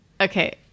Okay